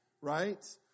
right